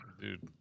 dude